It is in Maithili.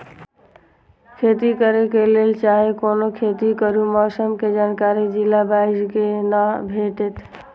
खेती करे के लेल चाहै कोनो खेती करू मौसम के जानकारी जिला वाईज के ना भेटेत?